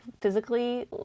physically